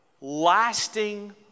lasting